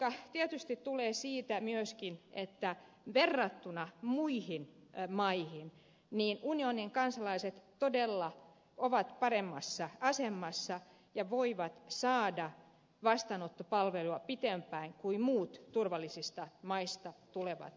ongelmatiikkaa tietysti tu lee siitä myöskin että verrattuna muihin maihin unionin kansalaiset todella ovat paremmassa asemassa ja voivat saada vastaanottopalveluja pitempään kuin muut turvallisista maista tulevat hakijat